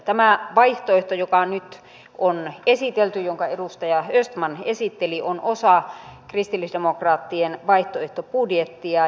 tämä vaihtoehto joka nyt on esitelty ja jonka edustaja östman esitteli on osa kristillisdemokraattien vaihtoehtobudjettia